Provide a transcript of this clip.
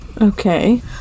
okay